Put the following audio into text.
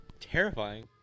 terrifying